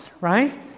right